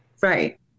right